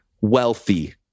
wealthy